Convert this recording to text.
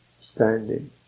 standing